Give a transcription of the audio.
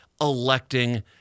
electing